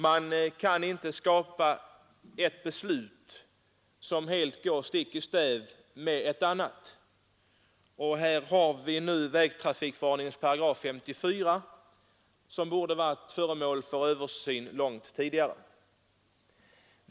Vi kan inte fatta ett beslut som går stick i stäv mot ett annat. Här har vi nu vägtrafikförordningens 54 §, som borde ha varit föremål för översyn långt tidigare.